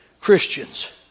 Christians